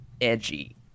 edgy